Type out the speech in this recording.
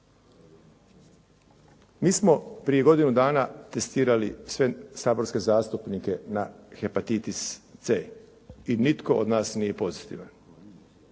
Mi smo prije godinu dana testirali sve saborske zastupnike na hepatitis C i nitko od nas nije pozitivan.